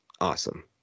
awesome